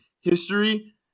history